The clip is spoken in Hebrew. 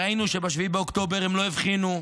ראינו שב-7 באוקטובר הם לא הבחינו.